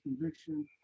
conviction